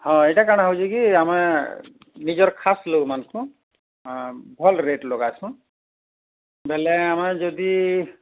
ହଁ ଏଟା କାଣା ହଉଛି କି ଆମେ ନିଜର ଖାସ ଲୋକମାନଙ୍କୁ ଭଲ ରେଟ୍ ଲଗାସନ୍ ବୋଲେ ଆମର ଯଦି